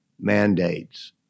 mandates